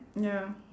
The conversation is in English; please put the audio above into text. ya